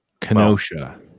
Kenosha